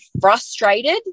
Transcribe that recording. frustrated